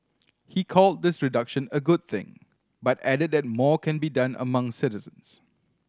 he called this reduction a good thing but added that more can be done among citizens